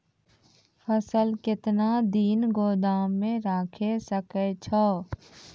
फसल केतना दिन गोदाम मे राखै सकै छौ?